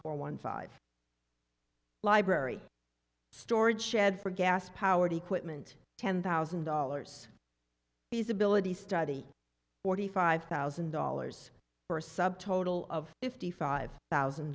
for one five library storage shed for gas powered equipment ten thousand dollars is ability study forty five thousand dollars for a sub total of fifty five thousand